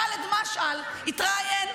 ח'אלד משעל התראיין,